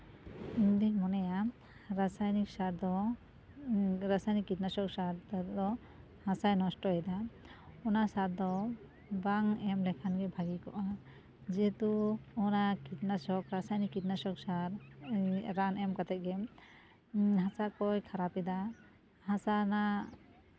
ᱤᱧ ᱫᱩᱧ ᱢᱚᱱᱮᱭᱟ ᱨᱟᱥᱟᱭᱚᱱᱤᱠ ᱥᱟᱨ ᱫᱚ ᱨᱟᱥᱟᱭᱚᱱᱤᱠ ᱠᱤᱴᱱᱟᱥᱚᱠ ᱥᱟᱨ ᱛᱮᱫᱚ ᱦᱟᱥᱟᱭ ᱱᱚᱥᱴᱚᱭᱮᱫᱟ ᱚᱱᱟ ᱥᱟᱨᱫᱚ ᱵᱟᱝ ᱮᱢ ᱞᱮᱠᱷᱟᱱ ᱜᱮ ᱵᱷᱟᱹᱜᱤ ᱠᱚᱜᱼᱟ ᱡᱮᱦᱮᱛᱩ ᱚᱱᱟ ᱠᱤᱱᱟᱥᱚᱠ ᱨᱟᱥᱟᱭᱚᱱᱤᱠ ᱠᱤᱴᱱᱟᱥᱚᱠ ᱥᱟᱨ ᱨᱟᱱ ᱮᱢ ᱠᱟᱛᱮᱫ ᱜᱮ ᱦᱟᱥᱟ ᱠᱚᱭ ᱠᱷᱟᱨᱟᱯ ᱮᱫᱟ ᱦᱟᱥᱟ ᱨᱮᱱᱟᱜ